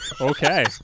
Okay